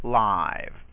live